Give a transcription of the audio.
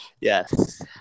yes